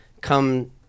come